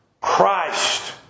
Christ